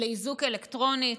לאיזוק אלקטרוני,